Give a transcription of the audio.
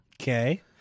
Okay